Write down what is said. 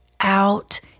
out